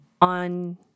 on